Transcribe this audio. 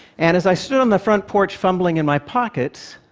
and as i stood on the front porch fumbling in my pockets,